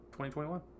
2021